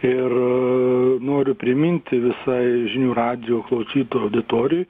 ir noriu priminti visai žinių radijo klausyt auditorijai